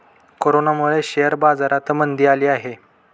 कोरोनामुळे शेअर बाजारात मंदी आली आहे